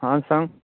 हां सांग